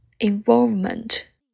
Involvement